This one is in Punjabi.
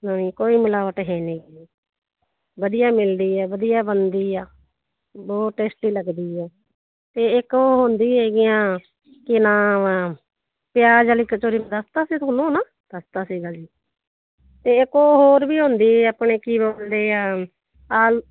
ਨਹੀਂ ਕੋਈ ਮਿਲਾਵਟ ਹੈ ਨਹੀਂ ਜੀ ਵਧੀਆ ਮਿਲਦੀ ਹੈ ਵਧੀਆ ਬਣਦੀ ਆ ਬਹੁਤ ਟੇਸਟੀ ਲੱਗਦੀ ਆ ਅਤੇ ਇੱਕ ਉਹ ਹੁੰਦੀ ਹੈਗੀ ਆ ਕੀ ਨਾਮ ਪਿਆਜ਼ ਵਾਲੀ ਕਚੋਰੀ ਵੀ ਦੱਸ ਤਾ ਸੀ ਤੁਹਾਨੂੰ ਹੈ ਨਾ ਦੱਸ ਤਾ ਸੀਗਾ ਜੀ ਅਤੇ ਇੱਕ ਹੋਰ ਵੀ ਹੁੰਦੀ ਆਪਣੇ ਕੀ ਬੋਲਦੇ ਆ ਆਲੂ